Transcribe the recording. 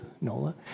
Nola